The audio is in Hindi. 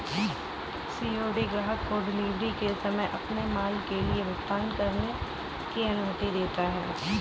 सी.ओ.डी ग्राहक को डिलीवरी के समय अपने माल के लिए भुगतान करने की अनुमति देता है